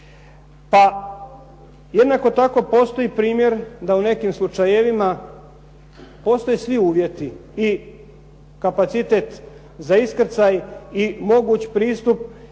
Jednako tako postoji primjer da u nekim slučajevima postoje svi uvjeti, i kapacitet za iskrcaj i moguć pristup i sve